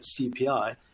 CPI